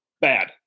bad